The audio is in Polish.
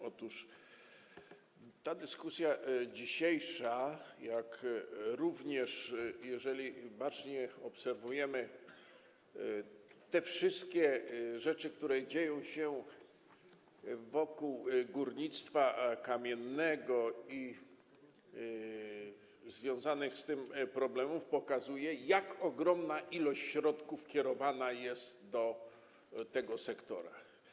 Otóż ta dzisiejsza dyskusja - jak również jeżeli bacznie obserwujemy te wszystkie rzeczy, które dzieją się wokół górnictwa węgla kamiennego, i związane z tym problemy - pokazuje, jak ogromna ilość środków kierowana jest do tego sektora.